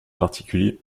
particuliers